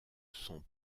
son